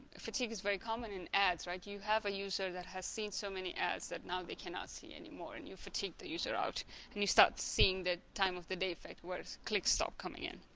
fatigue is very common in ads right you have a user that has seen so many ads that now they cannot see anymore and you fatigue the user out and you start seeing that time of the day effect work click stop coming in.